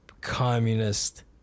communist